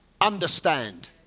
understand